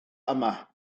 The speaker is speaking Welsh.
yma